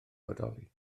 bodoli